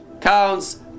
counts